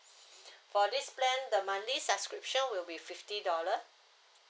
for this plan the monthly subscription will be fifty dollar